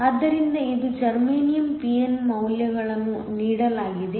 ಆದ್ದರಿಂದ ಇದು germanium pn ಮೌಲ್ಯಗಳನ್ನು ನೀಡಲಾಗಿದೆ